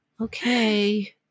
okay